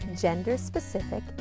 gender-specific